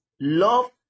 love